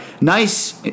nice